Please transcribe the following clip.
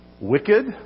wicked